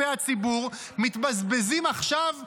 ותשאלו כל אדם בשוק,